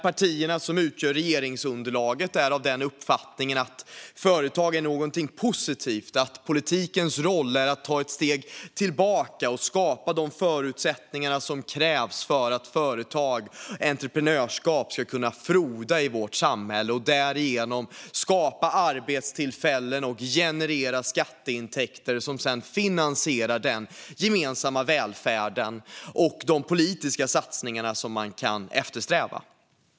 Partierna som utgör regeringsunderlaget är av uppfattningen att företag är något positivt och att politikens roll är att ta ett steg tillbaka och skapa de förutsättningar som krävs för att företag och entreprenörskap ska kunna frodas i vårt samhälle och därigenom skapa arbetstillfällen och generera skatteintäkter som sedan finansierar den gemensamma välfärden och de politiska satsningar som eftersträvas.